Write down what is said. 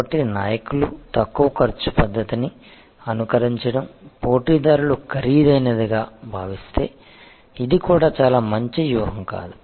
కాబట్టి నాయకులు తక్కువ ఖర్చు పద్ధతిని అనుకరించడం పోటీదారులు ఖరీదైనదిగా భావిస్తే ఇది కూడా చాలా మంచి వ్యూహం కాదు